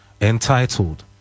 entitled